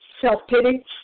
self-pity